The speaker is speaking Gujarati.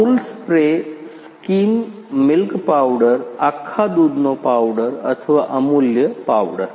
Amul spray skim milk powder આખા દૂધનો પાવડર અથવા અમૂલ્ય પાવડર